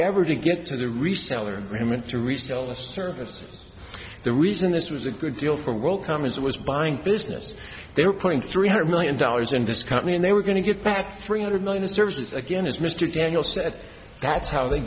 ever to get to the reseller him and to resell this service the reason this was a good deal for world com is it was buying business they were putting three hundred million dollars in this company and they were going to get back three hundred million servers again as mr daniel said that's how they